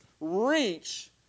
reach